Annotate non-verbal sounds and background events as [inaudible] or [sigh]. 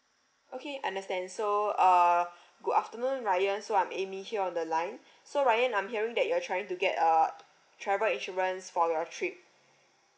okay understand so uh [breath] good afternoon ryan so I'm amy here on the line [breath] so ryan I'm hearing that you're trying to get a travel insurance for your trip